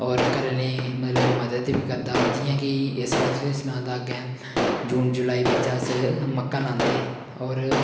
होर घरैआह्ले मतलब मदद बी करदा हा जि'यां कि इसलै तुसेंगी सनां तां अग्गें जून जुलाई बिच्च अस मक्कां लांदे होर